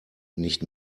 nicht